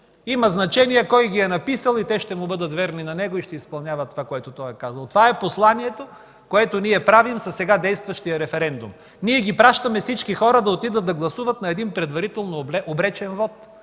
има значение кой ги е написал и те ще му бъдат верни и ще изпълняват това, което той е казал. Това е посланието, което ние правим със сега действащия референдум. Ние пращаме всички хора да отидат да гласуват на един предварително обречен вот.